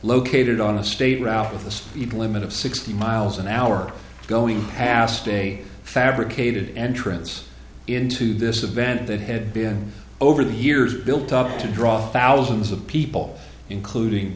located on a state route with a speed limit of sixty miles an hour going past a fabricated entrance into this event that had been over the years built up to draw thousands of people including